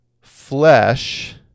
flesh